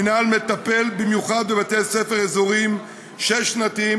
המינהל מטפל במיוחד בבתי ספר אזוריים שש-שנתיים